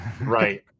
Right